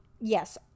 yes